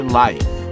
life